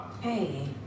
Hey